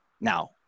Now